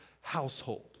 household